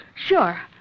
Sure